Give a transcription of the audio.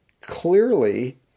clearly